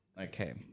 Okay